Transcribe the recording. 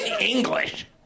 English